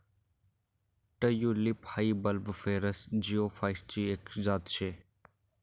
tulip हाई bulbiferous जिओफाइटसची एक जात शे